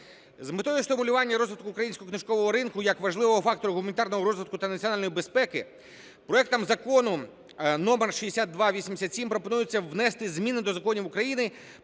З метою стимулювання розвитку українського книжкового ринку як важливого фактору гуманітарного розвитку та національної безпеки проектом Закону № 6287 пропонується внести зміни до законів України